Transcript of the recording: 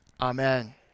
amen